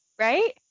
right